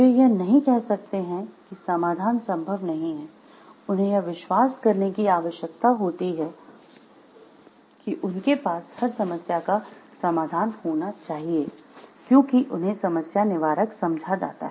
वे यह नहीं कह सकते हैं कि समाधान संभव नहीं है उन्हें यह विश्वास करने की आवश्यकता होती है कि उनके पास हर समस्या का समाधान होना चाहिए क्योंकि उन्हें समस्या निवारक समझा जाता है